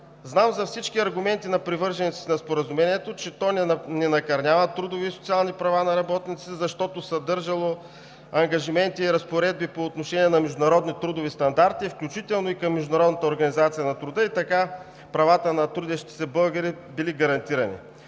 Знам за всички аргументи на привържениците на Споразумението, че то не накърнява трудови и социални права на работниците, защото съдържало ангажименти и разпоредби по отношение на международни трудови стандарти, включително и към Международната организация по труда, и така правата на трудещите се българи били гарантирани.